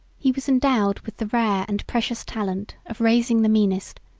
he was endowed with the rare and precious talent of raising the meanest,